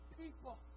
people